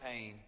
pain